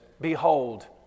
behold